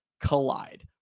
collide